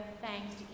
thanks